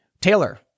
Taylor